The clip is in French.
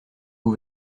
les